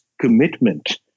commitment